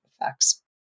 effects